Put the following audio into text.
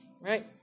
Right